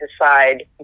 decide